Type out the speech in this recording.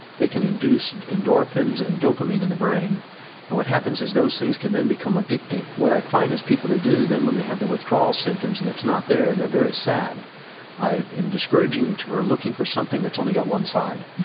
they can induce endorphins and dopamine in the brain and what happens is those things can then become addicting. what i find is people that do, then when they have the withdrawal symptoms and it's not there, they're very sad i'm discouraging them to be looking for something that's only got one side,